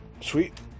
sweet